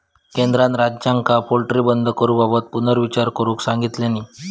केंद्रान राज्यांका पोल्ट्री बंद करूबाबत पुनर्विचार करुक सांगितलानी